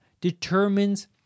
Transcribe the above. determines